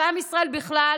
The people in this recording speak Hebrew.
ועם ישראל בכלל,